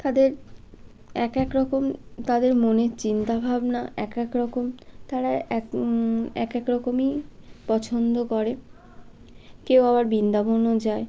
তাদের এক এক রকম তাদের মনের চিন্তাভাবনা এক এক রকম তারা এক এক এক রকমই পছন্দ করে কেউ আবার বৃন্দাবনও যায়